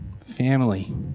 family